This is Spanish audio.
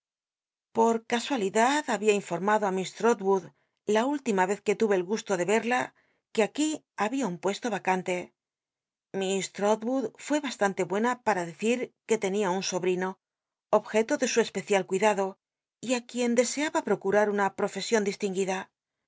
pot casualidad habia infotmado á miss l'rotwood la úllima vez que tu o el gusto de rel'la que aquí habia un puesto vacante miss l'rolwood fué bastante buena para dcoit que tenia un sobl'ino objeto de su espe cial cuidado y ti quien deseaba procural una ptofesion distinguida